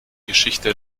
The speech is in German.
geschichte